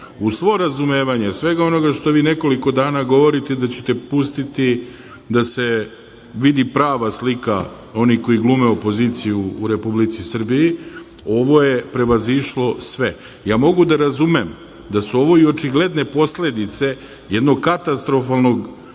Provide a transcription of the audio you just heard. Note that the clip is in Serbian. svo razumevanje svega onoga što vi nekoliko dana govorite da ćete pustiti da se vidi prava slika onih koji glume opoziciju u Republici Srbiji, ovo je prevazišlo sve. Ja mogu da razumem da su ovo očigledne posledice jednog katastrofalnog